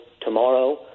tomorrow